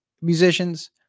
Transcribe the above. musicians